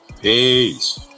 Peace